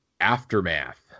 Aftermath